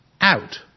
out